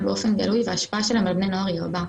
באופן גלוי וההשפעה שלהם על בני נוער היא רבה.